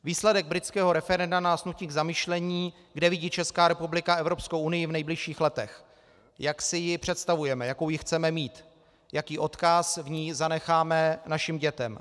Výsledek britského referenda nás nutí k zamyšlení, kde vidí Česká republika Evropskou unii v nejbližších letech, jak si ji představujeme, jakou ji chceme mít, jaký odkaz v ní zanecháme našim dětem.